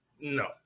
no